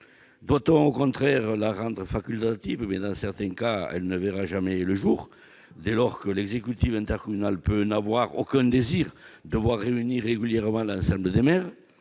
Doit-on, au contraire, la rendre facultative ? Dans certains cas, elle ne verra alors pas le jour, l'exécutif intercommunal pouvant n'avoir aucun désir de voir se réunir régulièrement l'ensemble des maires.